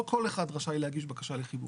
לא כל אחד רשאי להגיש בקשה לחיבור,